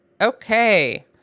Okay